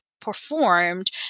performed